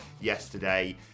yesterday